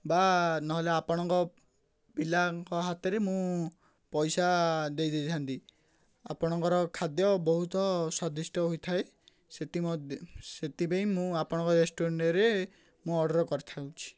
ବା ନହେଲେ ଆପଣଙ୍କ ପିଲାଙ୍କ ହାତରେ ମୁଁ ପଇସା ଦେଇ ଦେଇଥାନ୍ତି ଆପଣଙ୍କର ଖାଦ୍ୟ ବହୁତ ସ୍ଵାଦିଷ୍ଟ ହେଇଥାଏ ସେଥିମ ସେଥିପାଇଁ ମୁଁ ଆପଣଙ୍କ ରେଷ୍ଟୁରାଣ୍ଟରେ ମୁଁ ଅର୍ଡ଼ର କରି ଥାଉଛି